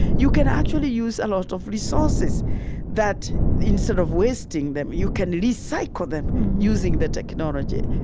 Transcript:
you can actually use a lot of resources that, instead of wasting them, you can recycle them using the technology,